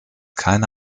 keine